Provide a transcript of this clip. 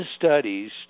studies